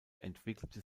entwickelte